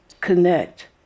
connect